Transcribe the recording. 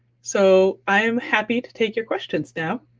so, i am happy to take your questions now.